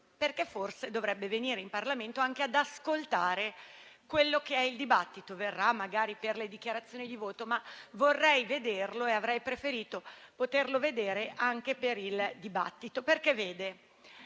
che forse dovrebbe venire in Parlamento anche ad ascoltare quello che è il dibattito. Verrà magari per le dichiarazioni di voto, ma avrei preferito poterlo vedere anche per il dibattito. Cara